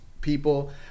people